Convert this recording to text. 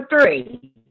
three